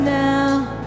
now